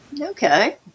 Okay